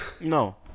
No